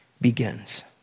begins